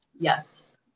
Yes